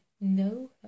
No